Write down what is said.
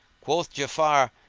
quoth ja'afar,